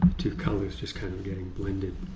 two colors just kind of getting blended.